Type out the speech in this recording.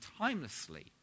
timelessly